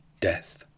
death